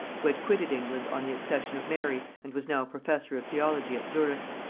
who had quitted england on the accession of mary and was now professor of theology at zurich.